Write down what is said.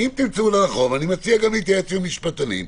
אני מציע גם להתייעץ עם משפטנים,